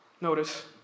Notice